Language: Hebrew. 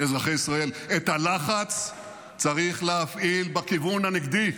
אזרחי ישראל, את הלחץ צריך להפעיל בכיוון הנגדי,